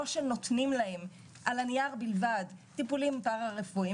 או שנותנים להם 'על הנייר' בלבד טיפולים פרה רפואיים,